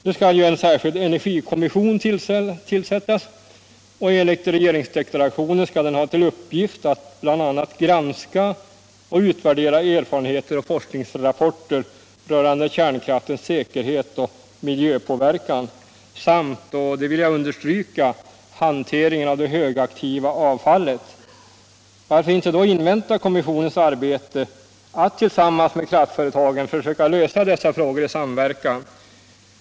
Nu skall ju en särskild energikommission tillsättas, som enligt regeringsdeklarationen skall ha till uppgift att bl.a. granska och utvärdera erfarenheter och forskningsrapporter rörande kärnkraftens säkerhet och miljöpåverkan samt, och det vill jag understryka, hanteringen av det högaktiva avfallet. Varför då inte invänta resultatet av det arbete som kommissionen skall bedriva tillsammans med kraftföretagen för att försöka lösa dessa frågor i samverkan?